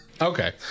Okay